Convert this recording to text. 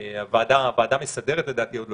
לדעתי,